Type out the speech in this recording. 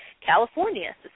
California